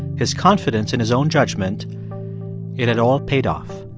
his confidence in his own judgment it had all paid off.